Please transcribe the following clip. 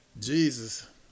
Jesus